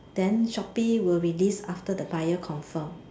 then Shopee will release after the buyer confirm